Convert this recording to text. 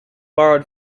borrowed